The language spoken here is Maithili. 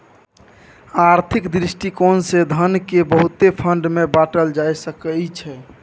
आर्थिक दृष्टिकोण से धन केँ बहुते फंड मे बाटल जा सकइ छै